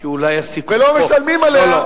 ולא משלמים עליה,